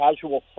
casual